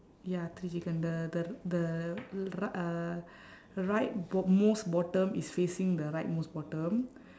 ya three chicken the the r~ the r~ uh right b~ most bottom is facing the right most bottom